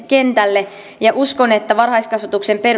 kentälle uskon että varhaiskasvatuksen